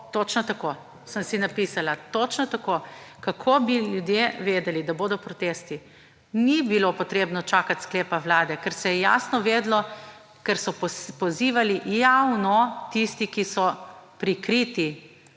točno tako, sem si napisala, točno tako, »kako bi ljudje vedeli«, da bodo protesti. Ni bilo treba čakati sklepa Vlade, ker se je jasno vedelo, ker so pozivali javno tisti, ki so prikriti